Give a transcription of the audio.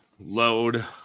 load